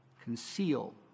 conceal